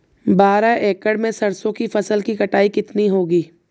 बारह एकड़ में सरसों की फसल की कटाई कितनी होगी?